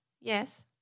Yes